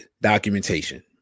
documentation